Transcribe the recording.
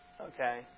Okay